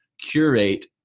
curate